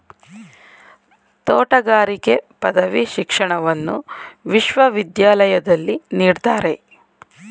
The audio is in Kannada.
ತೋಟಗಾರಿಕೆ ಪದವಿ ಶಿಕ್ಷಣವನ್ನು ವಿಶ್ವವಿದ್ಯಾಲಯದಲ್ಲಿ ನೀಡ್ತಾರೆ